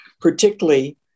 particularly